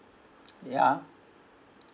ya